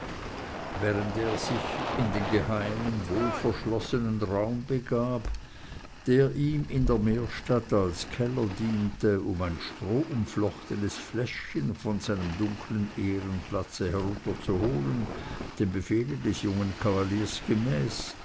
während er sich in den geheimen wohlverschlossenen raum begab der ihm in der meerstadt als keller diente um ein strohumflochtenes fläschchen von seinem dunkeln ehrenplatze herunterzuholen dem befehle des jungen kavaliers gemäß